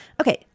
Okay